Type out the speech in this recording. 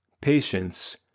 patience